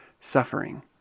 suffering